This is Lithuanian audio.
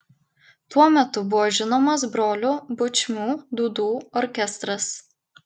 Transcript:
tuo metu buvo žinomas brolių bučmių dūdų orkestras